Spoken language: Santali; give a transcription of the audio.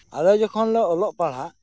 ᱟᱞᱮ ᱡᱚᱠᱷᱚᱱ ᱞᱮ ᱚᱞᱚᱜ ᱯᱟᱲᱦᱟᱜ